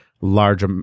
large